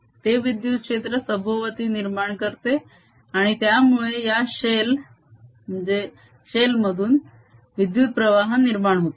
ते विद्युत क्षेत्र सभोवती निर्माण करते आणि त्यामुळे या शेल मध्ये विद्युत प्रवाह निर्माण होतो